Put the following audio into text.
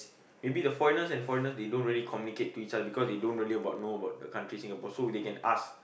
maybe the foreigners and foreigners they don't really communicate to each other because they don't really about know about the country Singapore so they can ask